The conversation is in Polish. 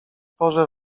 porze